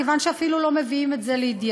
כיוון שאפילו לא מביאים את זה לידיעתם.